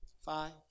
Five